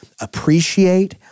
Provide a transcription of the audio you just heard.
appreciate